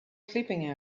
sleeping